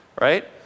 right